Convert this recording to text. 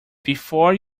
before